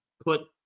put